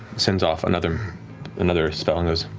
sends off another another spell and